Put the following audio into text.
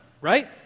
right